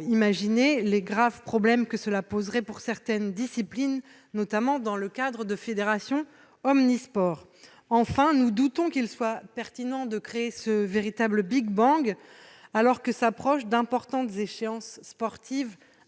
imagine aisément les graves problèmes que cela poserait pour certaines disciplines, notamment dans le cadre de fédérations omnisports. Enfin, nous doutons de la pertinence de ce véritable big-bang, à l'approche d'importantes échéances sportives